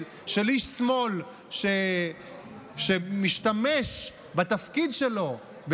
עוד כישלון מהדהד של איש שמאל שמשתמש בתפקיד שלו,